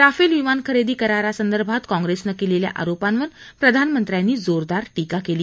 Rafale विमान खरेदी करारासंदर्भात काँग्रेसनं केलेल्या आरोपांवर प्रधानमंत्र्यांनी जोरदार टीका केली